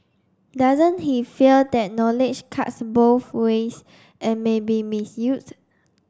doesn't he fear that knowledge cuts both ways and may be misused